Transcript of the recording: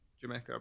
Jamaica